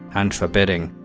and forbidding.